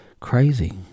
crazy